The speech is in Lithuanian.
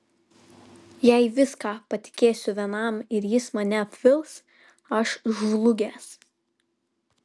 jei viską patikėsiu vienam ir jis mane apvils aš žlugęs